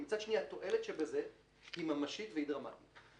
מצד שני התועלת שבזה היא ממשית ודרמטית.